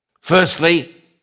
Firstly